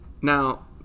Now